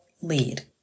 lead